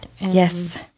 yes